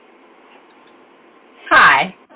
Hi